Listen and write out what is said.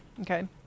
Okay